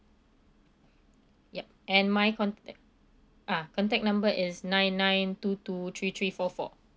yup and my contact ah contact number is nine nine two two three three four four